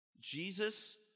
Jesus